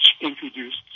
introduced